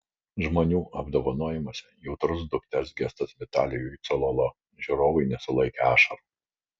žmonių apdovanojimuose jautrus dukters gestas vitalijui cololo žiūrovai nesulaikė ašarų